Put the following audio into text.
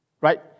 Right